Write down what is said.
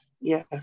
Yes